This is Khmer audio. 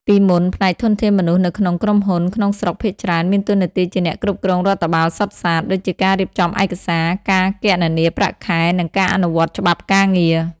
ពីមុន ផ្នែកធនធានមនុស្សនៅក្នុងក្រុមហ៊ុនក្នុងស្រុកភាគច្រើនមានតួនាទីជាអ្នកគ្រប់គ្រងរដ្ឋបាលសុទ្ធសាធ ដូចជាការរៀបចំឯកសារ ការគណនាប្រាក់ខែ និងការអនុវត្តច្បាប់ការងារ។